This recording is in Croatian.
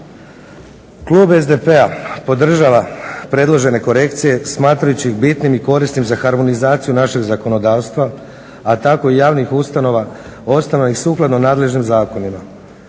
Klub SDP-a podržava predložene korekcije smatrajući ih bitnim i korisnim za harmonizaciju našeg zakonodavstva, a tako i javnih ustanova osnovanih sukladno nadležnim zakonima.